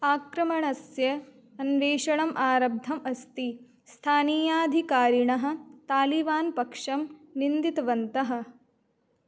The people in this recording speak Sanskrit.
आक्रमणस्य अन्वेषणम् आरब्धम् अस्ति स्थानीयाधिकारिणः तालिवान् पक्षं निन्दितवन्तः